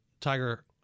Tiger